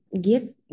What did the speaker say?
give